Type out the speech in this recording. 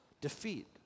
defeat